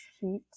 heat